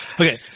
Okay